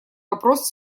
вопрос